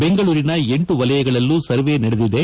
ಬೆಂಗಳೂರಿನ ಎಂಟು ವಲಯಗಳಲ್ಲೂ ಸರ್ವೆ ನಡೆದಿದೆ